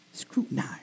Scrutinize